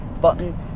button